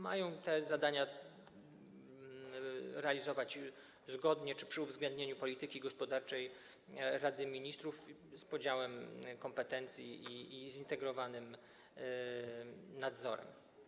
Mają swoje zadania realizować zgodnie, przy uwzględnieniu polityki gospodarczej Rady Ministrów, z podziałem kompetencji i przy zintegrowanym nadzorze.